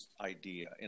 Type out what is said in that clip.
idea